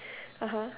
(uh huh)